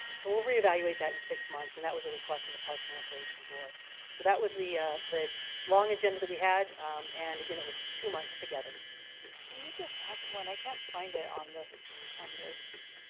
so we'll reevaluate that in six months, and that was a request of the parks and recreation board so that was the the long agenda that we had and again. it was two months together and you go back to one i can't find it on this on this